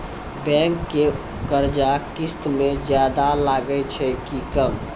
Bank के कर्जा किस्त मे ज्यादा लागै छै कि कम?